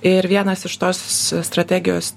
ir vienas iš tos strategijos